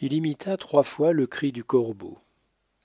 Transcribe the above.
il imita trois fois le cri du corbeau